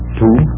two